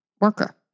worker